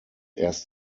erst